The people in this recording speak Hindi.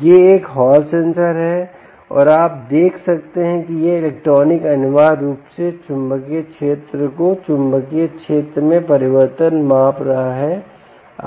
ये एक हॉल सेंसर है और आप देख सकते हैं कि यह इलेक्ट्रॉनिक अनिवार्य रूप से चुंबकीय क्षेत्र को चुंबकीय क्षेत्र में परिवर्तन माप रहा है